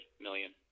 million